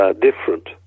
different